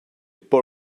paul